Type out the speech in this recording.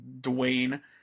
Dwayne